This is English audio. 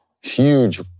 huge